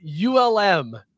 ULM